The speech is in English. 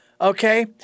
Okay